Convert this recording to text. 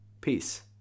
Peace